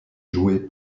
joués